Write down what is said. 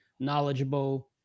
knowledgeable